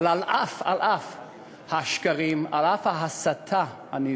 על אף השקרים, על אף ההסתה הנבזית,